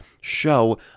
show